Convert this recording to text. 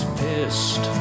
pissed